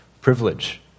privilege